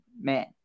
man